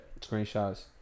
screenshots